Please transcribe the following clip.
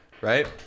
right